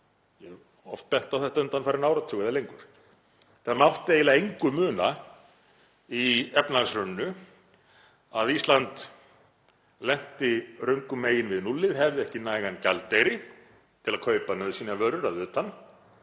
Ég hef oft bent á þetta undanfarinn áratug eða lengur. Það mátti eiginlega engu muna í efnahagshruninu að Ísland lenti röngum megin við núllið, hefði ekki nægan gjaldeyri til að kaupa nauðsynjavörur að utan.